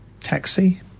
Taxi